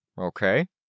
Okay